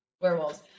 Werewolves